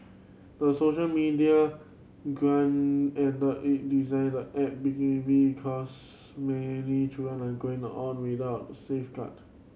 the social media grant and it designed the app because many children are going on without safeguard